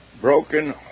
broken